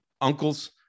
uncles